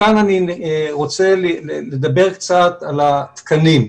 כאן אני רוצה לדבר קצת על התקנים,